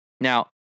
Now